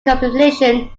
compilation